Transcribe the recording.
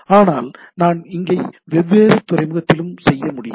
ஆனால் நான் இங்கே வெவ்வேறு துறைமுகத்திலும் செய்ய முடியும்